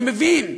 אני מבין.